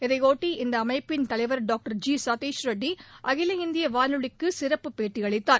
இதையொட்டி இந்த அமைப்பின் தலைவர் டாக்டர் ஜி சத்திஷ் ரெட்டி அகில இந்திய வானொலிக்கு சிறப்பு பேட்டியளித்தார்